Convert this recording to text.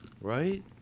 right